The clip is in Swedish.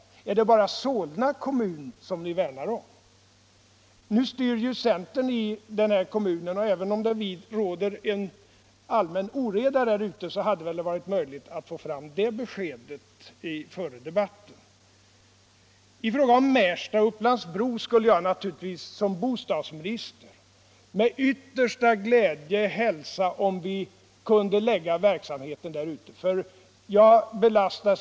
Eller är det bara Solna kommun som ni värnar om? Nu styr centern i denna kommun, och även om det råder allmän oreda där ute hade det väl varit möjligt att få fram det beskedet före debatten! Som bostadsminister skulle jag naturligtvis hälsa med yttersta glädje — Nr 71 om vi kunde lägga verksamheten i Märsta och Upplands-Bro.